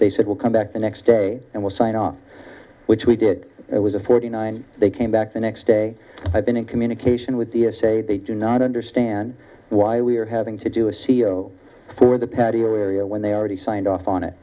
they said will come back the next day and will sign on which we did it was a forty nine they came back the next day i've been in communication with the essay they do not understand why we are having to do a c e o for the patio area when they already signed off on it